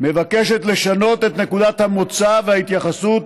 מבקשת לשנות את נקודת המוצא וההתייחסות